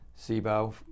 SIBO